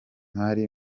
umunani